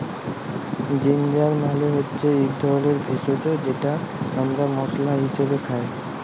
ginger মালে হচ্যে ইক ধরলের ভেষজ যেট আমরা মশলা হিসাবে খাই